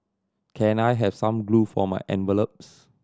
can I have some glue for my envelopes